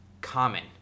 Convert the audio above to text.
common